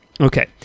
Okay